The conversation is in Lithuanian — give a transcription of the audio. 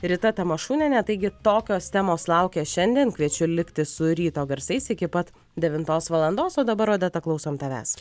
rita tamašunienė taigi tokios temos laukia šiandien kviečiu likti su ryto garsais iki pat devintos valandos o dabar odeta klausom tavęs